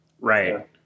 Right